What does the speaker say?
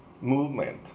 movement